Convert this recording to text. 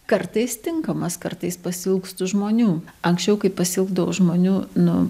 kartais tinkamas kartais pasiilgstu žmonių anksčiau kai pasiilgdavau žmonių nu